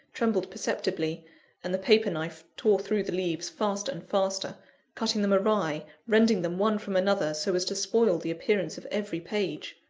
trembled perceptibly and the paper-knife tore through the leaves faster and faster cutting them awry, rending them one from another, so as to spoil the appearance of every page.